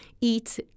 eat